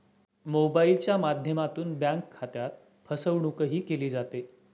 मोबाइलच्या माध्यमातून बँक खात्यात फसवणूकही केली जाते